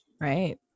right